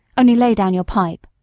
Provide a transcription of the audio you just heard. only lay down your pipe.